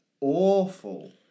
awful